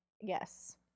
Yes